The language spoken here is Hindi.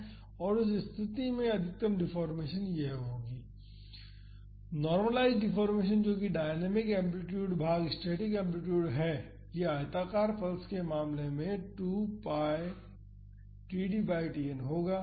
और उस स्थिति में अधिकतम डिफ़ॉर्मेशन यह होगी नॉर्मलाइज़्ड डिफ़ॉर्मेशन जो कि डायनामिक एम्पलीटूड भाग स्टैटिक एम्पलीटूड है ये आयताकार पल्स के मामले में 2 pi td बाई Tn होगा